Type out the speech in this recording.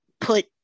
put